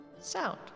sound